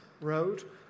road